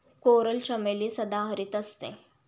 coral चमेली सदाहरित असते